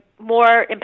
more